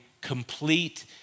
complete